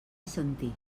assentir